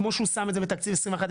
כמו שהוא שם את זה בתקציב 21-22,